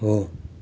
हो